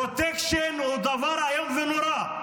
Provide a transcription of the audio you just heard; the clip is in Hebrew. פרוטקשן הוא דבר איום ונורא.